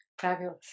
Fabulous